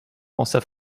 pensa